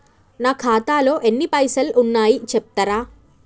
నా ఖాతాలో ఎన్ని పైసలు ఉన్నాయి చెప్తరా?